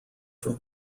from